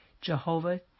Jehovah